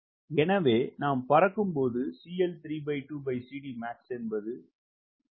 எனவே நாம் பறக்கும் போது என்பது 0